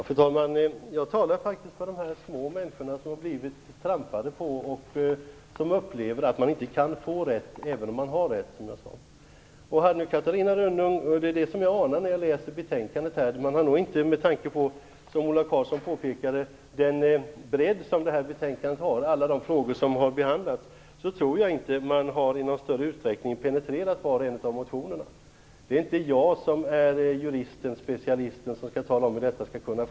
Fru talman! Jag talar faktiskt för de små människorna som blivit trampade på. De upplever att de inte kan få rätt även om de har rätt. Ola Karlsson påpekade att det här betänkandet har en stor bredd och de är många frågor som behandlats. Jag tror inte att man i någon större utsträckning har penetrerat varje motion. Det är inte jag som är jurist och specialist och kan tala om hur detta skall kunna ske.